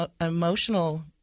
emotional